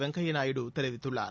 வெங்கய்யா நாயுடு தெரிவித்துள்ளார்